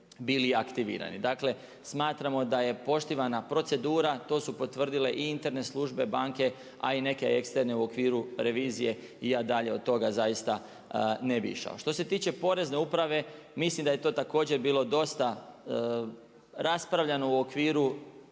bili aktivirani. Dakle, smatramo da je poštivana procedura. To su potvrdile i interne službe banke, a i neke eksterne u okviru revizije i ja dalje od toga zaista ne bih išao. Što se tiče Porezne uprave mislim da je to također bilo dosta raspravljano u okviru